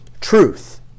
truth